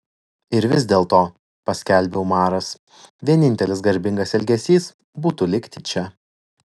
ir vis dėlto paskelbė umaras vienintelis garbingas elgesys būtų likti čia